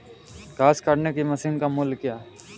घास काटने की मशीन का मूल्य क्या है?